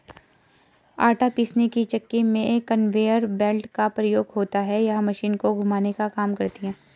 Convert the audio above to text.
आटा पीसने की चक्की में कन्वेयर बेल्ट का प्रयोग होता है यह मशीन को घुमाने का काम करती है